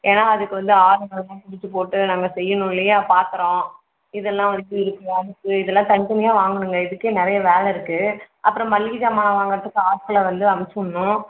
ஏன்னால் அதுக்கு வந்து ஆளுங்களெலாம் பிடிச்சு போட்டு நாங்கள் செய்யணுமில்லையா பாத்திரம் இதெல்லாம் வந்து இருக்குது அடுப்பு இதெல்லாம் தனி தனியாக வாங்கணுங்க இதுக்கே நிறைய வேலை இருக்குது அப்புறம் மளிகை ஜாமானை வாங்கிறத்துக்கு ஆட்களை வந்து அமுச்சுவிடணும்